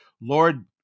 Lord